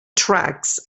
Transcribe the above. tracks